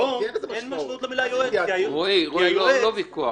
היום אין משמעות למילה יועץ כי היועץ לא מייעץ,